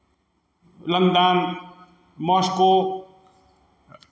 London Moscow